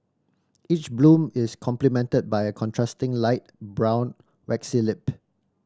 each bloom is complemented by a contrasting light brown waxy lip